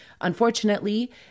Unfortunately